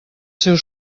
seu